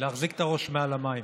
להחזיק את הראש מעל המים.